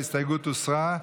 ההסתייגות הוסרה.